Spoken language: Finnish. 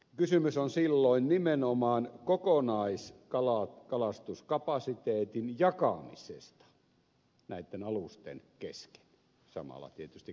kysymys on silloin nimenomaan kokonaiskalastuskapasiteetin jakamisesta näitten alusten kesken ja samalla tietysti kalastajien kesken